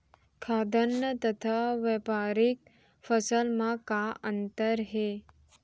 खाद्यान्न तथा व्यापारिक फसल मा का अंतर हे?